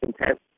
intense